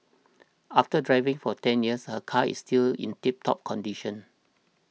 after driving for ten years her car is still in tip top condition